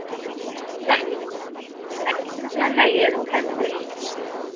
సంచి అన్ని సంచులు ఉన్నాయి ఏదో ఒక సంచిలో వేయండి